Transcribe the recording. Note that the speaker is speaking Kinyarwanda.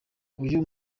uyu